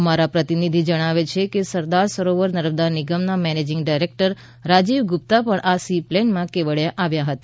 અમારા પ્રતિનિધિ જણાવે છે કે સરદાર સરોવર નર્મદા નિગમના મેનેજિંગ ડાયરેક્ટર રાજીવ ગુપ્તા પણ આ સી પ્લેનમાં કેવડીયા આવ્યા છે